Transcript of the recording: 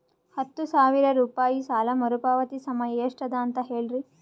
ಹತ್ತು ಸಾವಿರ ರೂಪಾಯಿ ಸಾಲ ಮರುಪಾವತಿ ಸಮಯ ಎಷ್ಟ ಅದ ಅಂತ ಹೇಳರಿ?